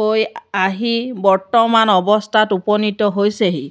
হৈ আহি বৰ্তমান অৱস্থাত উপনীত হৈছেহি